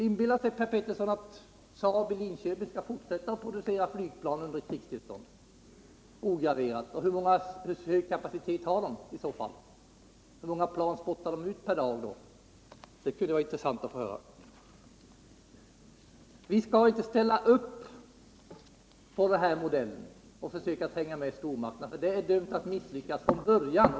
Inbillar sig Per Petersson att Saab i Linköping skall fortsätta att producera flygplan under ett krigstllstånd? Hur stor kapacitet har Saab i så fall? Hur många flygplan spottar företaget ut per dag? Det vore intressant att få veta detta. Vi skall inte ställa upp på denna modell och försöka hänga med stormakterna. Det försöket är dömt att misslyckas från början.